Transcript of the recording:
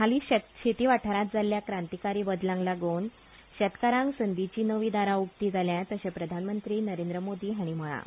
हालींच शेती वाठारांत जाल्ल्या क्रांतीकारी बदलाक लागून शेतकारांक संदीची नवी दारा उक्तीं जाल्यात अशें प्रधानमंत्री नरेंद्र मोदी हांणी म्हळां